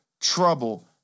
trouble